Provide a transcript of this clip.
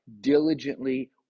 diligently